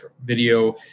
video